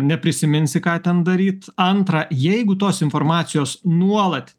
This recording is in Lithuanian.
neprisiminsi ką ten daryt antra jeigu tos informacijos nuolat